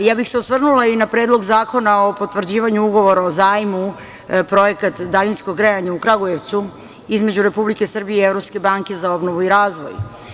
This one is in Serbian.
Osvrnula bih se na i Predlog zakona o potvrđivanju Ugovora o zajmu projekat daljinskog grejanja u Kragujevcu između Republike Srbije i Evropske banke za obnovu i razvoj.